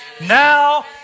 Now